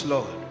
Lord